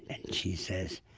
and she says,